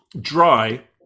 dry